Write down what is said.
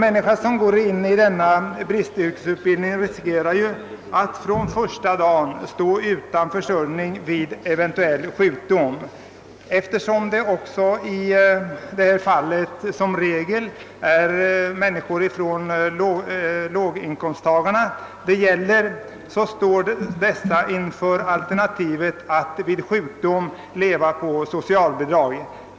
En person som börjar sådan bristyrkesutbildning riskerar ju att från första dagen stå utan försörjning om han blir sjuk, och eftersom det i regel är låginkomsttagare det här gäller står vederbörande inför alternativet att vid sjukdom vara tvungna att leva på socialbidrag.